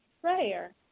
prayer